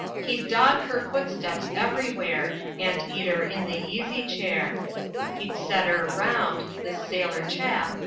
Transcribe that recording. he'd dog her footsteps everywhere, anteater in the easy-chair he'd setter round, this sailor chap,